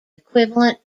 equivalent